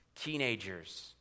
teenagers